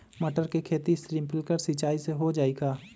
मटर के खेती स्प्रिंकलर सिंचाई से हो जाई का?